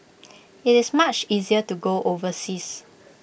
IT is much easier to go overseas